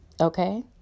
okay